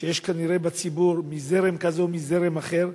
שיש כנראה בציבור, מזרם כזה או מזרם אחר.